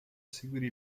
seguire